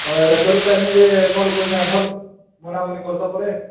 call କରିଛେଁ ଭଲ୍ ବନାବନି କରିଛ ପରେ